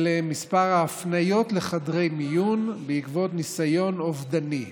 והוא מספר הפניות לחדרי מיון בעקבות ניסיון אובדני.